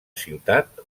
ciutat